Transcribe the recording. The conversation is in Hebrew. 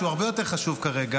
שהוא הרבה יותר חשוב כרגע,